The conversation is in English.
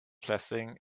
blessing